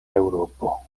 eŭropo